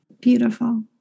Beautiful